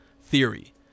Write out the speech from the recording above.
theory